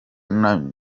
nyuma